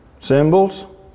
symbols